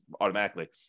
automatically